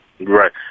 Right